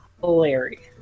hilarious